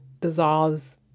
dissolves